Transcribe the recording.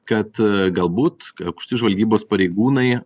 kad galbūt aukšti žvalgybos pareigūnai